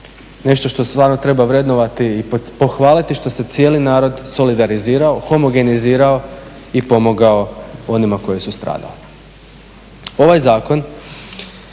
nešto što stvarno treba vrednovati i pohvaliti što se cijeli narod solidarizirao, homogenizirao i pomogao onima koji su stradali. Ovaj zakon,